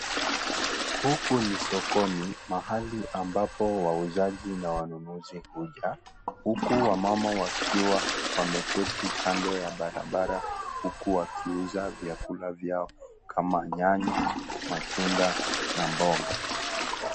Huku ni sokoni mahali ambapo wauzaji na wanunuzi huja, huku wamama wakiwa wameketi kando ya barabara huku wakiuza vyakula vyao kama; nyanya, matunda na mboga.